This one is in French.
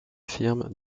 firme